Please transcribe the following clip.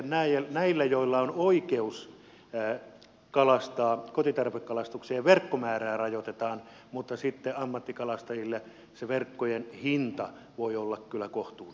sitten näillä joilla on oikeus kalastaa kotitarvekalastuksessa verkkomäärää rajoitetaan mutta sitten ammattikalastajille se verkkojen hinta voi olla kyllä kohtuuton